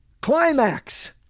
Climax